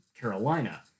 Carolina